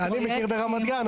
אני מכיר ברמת גן.